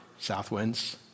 Southwinds